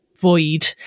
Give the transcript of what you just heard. void